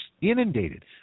inundated